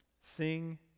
Sing